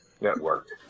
Network